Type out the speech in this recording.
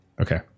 okay